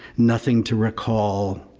nothing to recall.